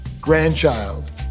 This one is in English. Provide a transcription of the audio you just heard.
grandchild